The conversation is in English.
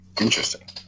Interesting